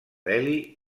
delhi